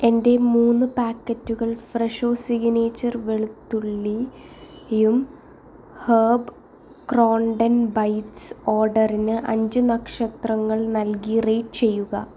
എന്റെ മൂന്ന് പാക്കറ്റുകൾ ഫ്രെഷോ സിഗ്നേച്ചർ വെളുത്തുള്ളിയും ഹെർബ് ക്രൗണ്ടൺ ബൈറ്റ്സ് ഓർഡറിന് അഞ്ച് നക്ഷത്രങ്ങൾ നൽകി റേറ്റ് ചെയ്യുക